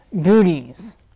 duties